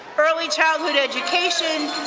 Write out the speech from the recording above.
early childhood education,